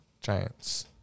Giants